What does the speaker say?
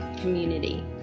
community